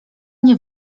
nie